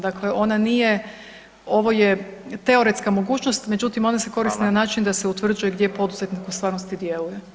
Dakle, ona nije, ovo je teoretska mogućnost međutim ona se koristi na način da se utvrđuje gdje poduzetnik u stvarnosti djeluje.